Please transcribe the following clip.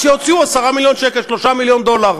אז שיוציאו 10 מיליון שקל, 3 מיליון דולר.